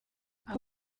aho